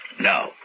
Now